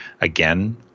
again